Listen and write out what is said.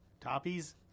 Toppies